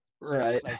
Right